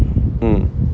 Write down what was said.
mm